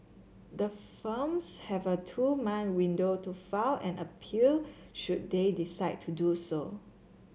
the firms have a two mine window to file an appeal should they decide to do so